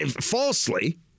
Falsely